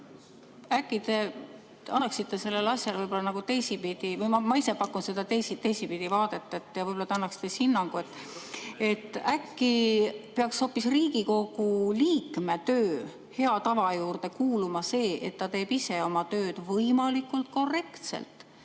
Äkki te annaksite sellele asjale teisipidi [vaate] või ma ise pakun seda teisipidi vaadet. Äkki te annaksite hinnangu, et äkki peaks hoopis Riigikogu liikme töö hea tava juurde kuuluma see, et ta ise teeb oma tööd võimalikult korrektselt,